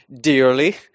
dearly